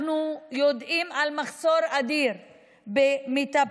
אנחנו יודעים על מחסור אדיר במטפלים,